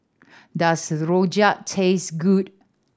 does Rojak taste good